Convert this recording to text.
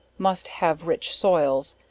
must have rich soils,